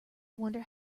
wonder